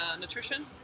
nutrition